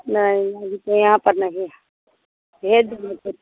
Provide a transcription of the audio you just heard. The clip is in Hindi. नहीं अभी तो यहाँ पर नहीं है भेज देंगे तो